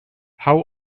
how